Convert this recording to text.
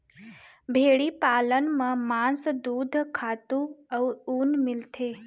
भेड़ी पालन म मांस, दूद, खातू अउ ऊन मिलथे